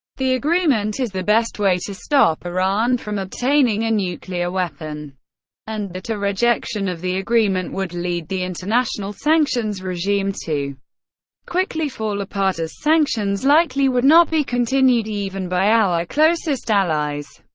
the agreement is the best way to stop iran from obtaining a nuclear weapon and that a rejection of the agreement would lead the international sanctions regime to quickly fall apart, as sanctions likely would not be continued even by our closest allies,